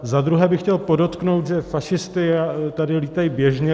Zadruhé bych chtěl podotknout, že fašisti tady lítají běžně.